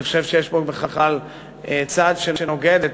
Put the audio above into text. אני חושב שיש פה בכלל צעד שנוגד את